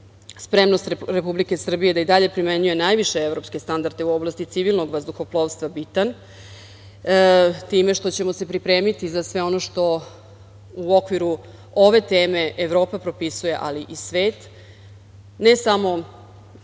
spremnost Republike Srbije da i dalje primenjuje najviše evropske standarde u oblasti civilnog vazduhoplovstva bitan, time što ćemo se pripremiti za sve ono što u okviru ove teme Evropa propisuje, ali i svet, ne samo u